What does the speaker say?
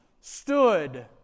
stood